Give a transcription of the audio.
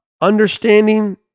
understanding